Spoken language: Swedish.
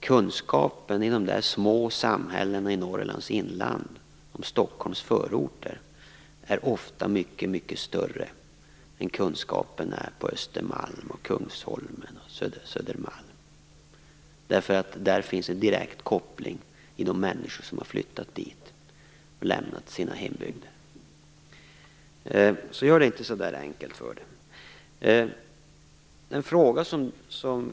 Kunskapen i de små samhällena i Norrlands inland om Stockholms förorter är ofta mycket större än kunskapen är på Östermalm, Kungsholmen och Södermalm. Där finns en direkt koppling till de människor som har flyttat dit och lämnat sina hembygder. Karin Pilsäter skall inte göra det så enkelt för sig.